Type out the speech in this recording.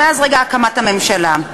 מאז רגע הקמת הממשלה.